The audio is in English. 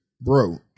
Bro